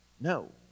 No